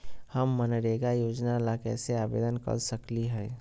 हम मनरेगा योजना ला कैसे आवेदन कर सकली हई?